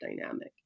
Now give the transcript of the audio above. dynamic